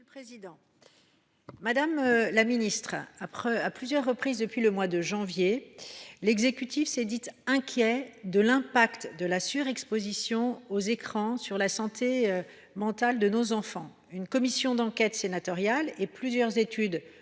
du numérique. À plusieurs reprises depuis le mois de janvier, l’exécutif s’est dit inquiet de l’impact de la surexposition aux écrans sur la santé mentale de nos enfants. Une commission d’enquête sénatoriale et plusieurs études,